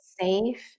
safe